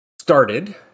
started